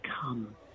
come